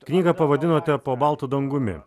knygą pavadinote po baltu dangumi